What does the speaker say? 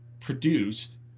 produced